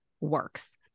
works